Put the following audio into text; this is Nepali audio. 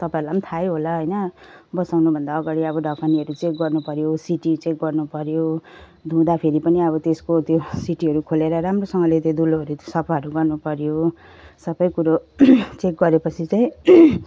तपाईँहरूलाई पनि थाहै होला होइन बसाउनुभन्दा अगाडि अब ढकनीहरू चेक गर्नुपऱ्यो सिटी चेक गर्नुपऱ्यो धुँदाखेरि पनि अब त्यो त्यसको त्यो सिटीहरू खोलेर राम्रोसँगले त्यो दुलोहरू सफाहरू गर्नुपऱ्यो सबै कुरो चेक गरेपछि चाहिँ